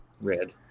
Red